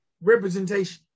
representation